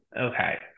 Okay